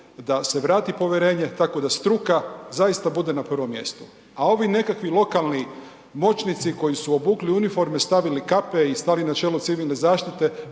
da se vrati povjerenje tako da struka zaista bude na prvom mjestu. A ovi nekakvi lokalni moćnici koji su obukli uniforme, stavili kape i stali na čelo Civilne zaštite